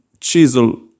chisel